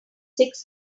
six